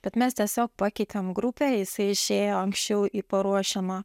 bet mes tiesiog pakeitėm grupę jisai išėjo anksčiau į paruošiamą